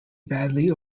badly